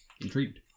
intrigued